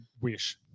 Wish